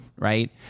Right